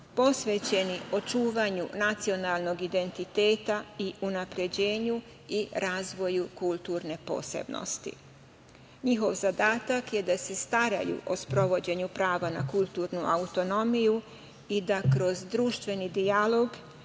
posvećeni očuvanju nacionalnog identiteta i unapređenju i razvoju kulturne posebnosti. Njihov zadatak je da se staraju o sprovođenju prava na kulturnu autonomiju i da kroz društveni dijalog